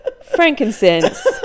frankincense